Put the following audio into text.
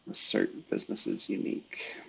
certain businesses unique.